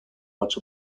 much